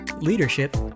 leadership